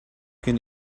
can